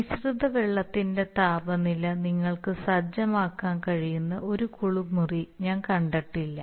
മിശ്രിത വെള്ളത്തിന്റെ താപനില നിങ്ങൾക്ക് സജ്ജമാക്കാൻ കഴിയുന്ന ഒരു കുളിമുറി ഞാൻ കണ്ടിട്ടില്ല